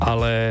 Ale